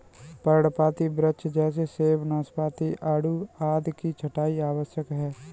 पर्णपाती वृक्ष जैसे सेब, नाशपाती, आड़ू आदि में छंटाई आवश्यक है